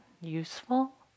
useful